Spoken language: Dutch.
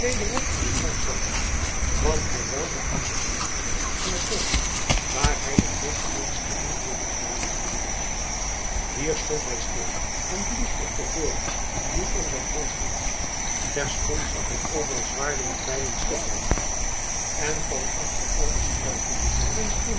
wederom in den draf zettende kwam hij weldra aan den ingang van het bosch waar hij begreep de manschappen van helbada te zullen vinden hier stond hij stil en blies op den hoorn die om zijn hals hing terstond zag hij overal zwaarden en bijlen schitteren en van achter al de struiken en